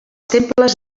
temples